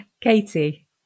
Katie